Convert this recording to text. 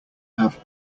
have